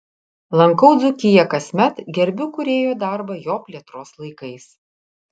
lankau dzūkiją kasmet gerbiu kūrėjo darbą jo plėtros laikais